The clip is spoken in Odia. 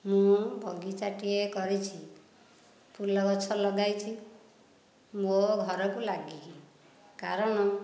ମୁଁ ବଗିଚା ଟିଏ କରିଛି ଫୁଲ ଗଛ ଲଗାଇଛି ମୋ ଘରକୁ ଲାଗିକି କାରଣ